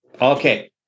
Okay